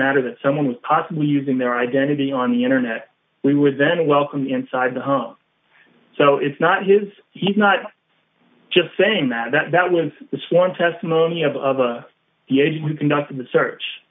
matter that someone was possibly using their identity on the internet we would then welcome inside the home so it's not his he's not just saying that that was the sworn testimony of the agent who conducted the search